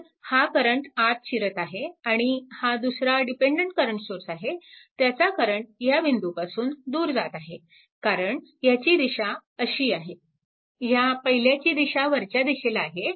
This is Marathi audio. तर हा करंट आत शिरत आहे आणि हा दुसरा डिपेन्डन्ट करंट सोर्स आहे त्याचा करंट ह्या बिंदूपासून दूर जात आहे कारण ह्याची दिशा अशी आहे ह्या पहिल्याची दिशा वरच्या दिशेला आहे